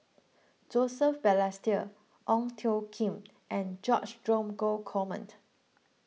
Joseph Balestier Ong Tjoe Kim and George Dromgold command